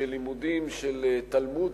שלימודים של תלמוד,